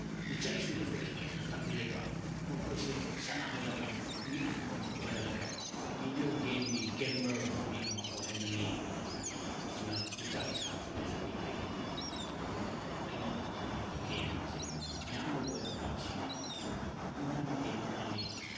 ꯏꯆꯥ ꯏꯁꯨꯗꯁꯨ ꯑꯩ ꯐꯖꯅ ꯇꯝꯕꯤꯔꯒ ꯃꯈꯣꯏꯁꯦ ꯁꯥꯟꯅꯍꯜꯂꯒ ꯃꯤ ꯑꯃ ꯑꯃ ꯑꯣꯏꯍꯜꯂꯒ ꯚꯤꯗꯤꯑꯣ ꯒꯦꯝꯒꯤ ꯒꯦꯃꯔ ꯃꯤ ꯑꯃ ꯑꯣꯏꯍꯟꯅꯤꯡꯉꯤ ꯍꯥꯏꯅꯁꯨ ꯑꯩ ꯑꯉꯥꯡ ꯏꯆꯥ ꯏꯆꯥ ꯏꯁꯨꯗꯁꯨ ꯑꯩ ꯍꯥꯏꯕꯤꯅꯤꯡꯉꯤ ꯑꯗꯨꯅ ꯑꯩꯅ ꯁꯥꯟꯅꯒꯕ ꯒꯦꯝ ꯍꯥꯏꯕꯁꯤ ꯌꯥꯝ ꯃꯔꯨ ꯑꯣꯏꯅ ꯄꯞꯖꯤꯅꯤ ꯑꯗꯨꯅ ꯅꯨꯡꯉꯥꯏꯕ ꯒꯦꯝ ꯑꯃꯅꯤ